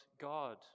God